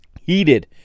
heated